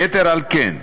יתר על כן,